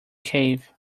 cave